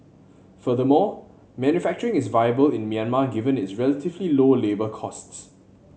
furthermore manufacturing is viable in Myanmar given its relatively low labour costs